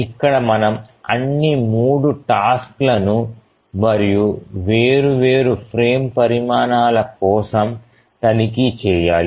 ఇక్కడ మనము అన్ని 3 టాస్క్ లను మరియు వేర్వేరు ఫ్రేమ్ పరిమాణాల కోసం తనిఖీ చేయాలి